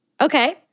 Okay